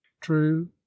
true